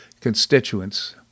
constituents